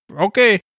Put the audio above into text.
Okay